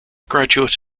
graduate